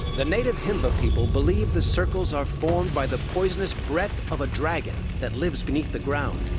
the native himba people believe the circles are formed by the poisonous breath of a dragon that lives beneath the ground.